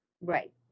Right